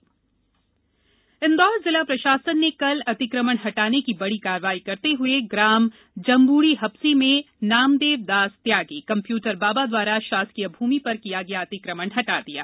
इन्दौर अतिक्रमण जिला प्रशासन ने कल अतिकमण हटाने की बड़ी कार्यवाही करते हुए ग्राम डंदौर जम्बूढ़ीहप्सी में नामदेव दास त्यागी कम्प्यूटर बाबा द्वारा शासकीय भूमि पर किया गया अतिक्रमण हटाया गया